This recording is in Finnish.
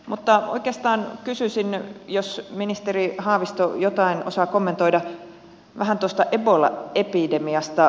mutta oikeastaan kysyisin jos ministeri haavisto jotain osaa kommentoida vähän tuosta ebola epidemiasta